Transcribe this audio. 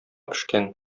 пешкән